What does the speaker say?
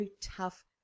tough